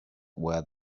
where